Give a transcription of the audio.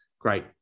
great